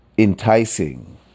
enticing